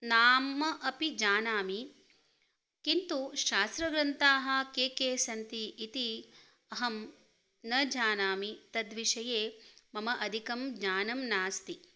नाम अपि जानामि किन्तु शास्त्रग्रन्थाः के के सन्ति इति अहं न जानामि तद्विषये मम अधिकं ज्ञानं नास्ति